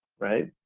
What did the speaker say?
right?